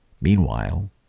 Meanwhile